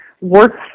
Works